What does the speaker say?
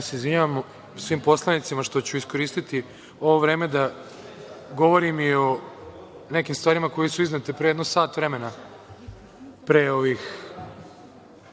se svim poslanicima što ću iskoristiti ovo vreme da govorim i o nekim stvarima koje su iznete pre jedno sat vremena pre ovih